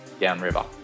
downriver